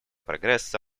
прогресса